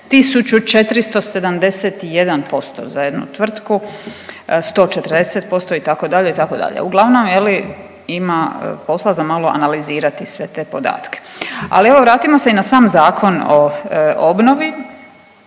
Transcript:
1471% za jednu tvrtku, 140%, itd., itd. Uglavnom, je li, ima posla za malo analizirati sve te podatke. Ali, evo, vratimo se i na sam Zakon o obnovi.